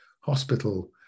hospital